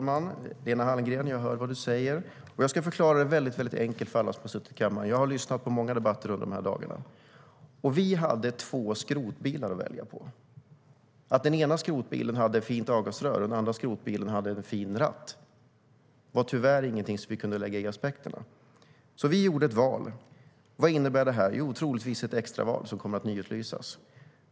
Herr talman! Jag hör vad du säger, Lena Hallengren. Jag ska förklara det väldigt enkelt för alla som har suttit i kammaren. Jag har lyssnat på många debatter under de här dagarna. Om vi har två skrotbilar att välja på, och den ena bilen har fint avgasrör och den andra bilen har en fin ratt, är det tyvärr inget som vi kan lägga någon aspekt på. Vi gjorde ett val. Vad innebär det? Jo, troligtvis ett extraval som kommer att utlysas.